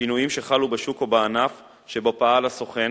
שינויים שחלו בשוק או בענף שבו פעל הסוכן